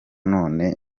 none